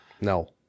No